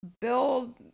build